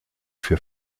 für